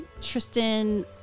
Tristan